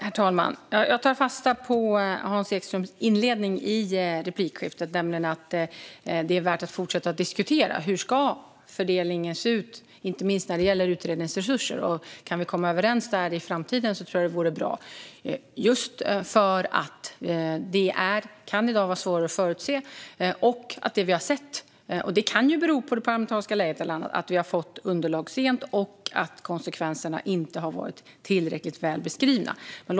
Herr talman! Jag tar fasta på Hans Ekströms inledning i replikskiftet. Han sa att det är värt att fortsätta diskutera hur fördelningen ska se ut, inte minst när det gäller utredningsresurser. Kan vi komma överens där i framtiden tror jag att det vore bra, just för att detta i dag kan vara svårare att förutse och för att vi fått underlag sent - det kan bero på det parlamentariska läget eller annat - och konsekvenserna inte varit tillräckligt väl beskrivna.